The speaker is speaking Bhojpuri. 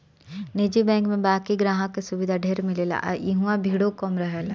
निजी बैंक में बाकि ग्राहक के सुविधा ढेर मिलेला आ इहवा भीड़ो कम रहेला